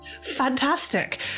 fantastic